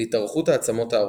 להתארכות העצמות הארוכות.